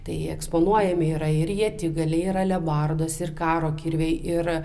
tai eksponuojami yra ir ietigaliai ir alebardas ir karo kirviai ir